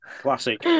classic